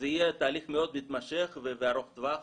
זה יהיה תהליך מאוד מתמשך וארוך טווח